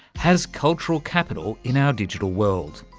has cultural capital in our digital world.